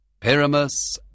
Pyramus